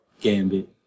Gambit